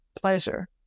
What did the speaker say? pleasure